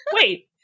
wait